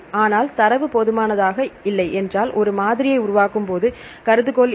ஆனால் தரவு போதுமானதாக இல்லை என்றால் ஒரு மாதிரியை உருவாக்கும் போது கருதுகோள் என்ன